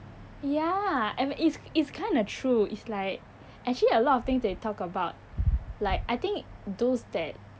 ya and it's it's kinda true it's like actually a lot of things they talk about like I think those that